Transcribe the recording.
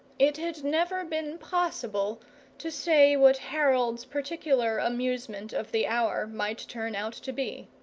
it had never been possible to say what harold's particular amusement of the hour might turn out to be.